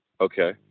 Okay